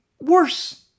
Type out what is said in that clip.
Worse